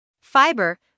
Fiber